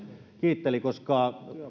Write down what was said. kiittelivät koska